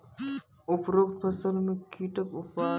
उपरोक्त फसल मे कीटक उपाय बताऊ?